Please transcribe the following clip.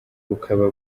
bukaba